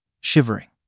shivering